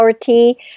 tea